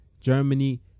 Germany